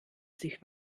sich